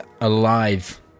alive